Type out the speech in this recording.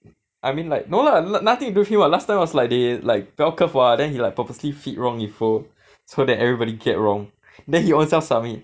I mean like no lah no~ nothing to do with him lah last time was like they like bell curve [what] then he like purposely feed wrong info so that everybody get wrong then he ownself submit